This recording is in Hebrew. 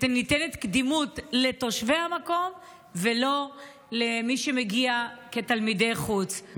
ניתנת קדימות לתושבי המקום ולא למי שמגיע כתלמידי חוץ,